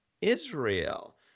Israel